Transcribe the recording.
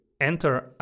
enter